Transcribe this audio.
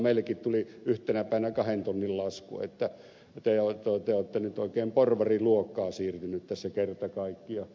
meillekin tuli yhtenä päivänä kahden tonnin lasku että te olette nyt oikein porvariluokkaan siirtyneet tässä kerta kaikkiaan